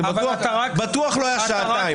זה בטוח לא היה שעתיים.